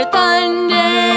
Thunder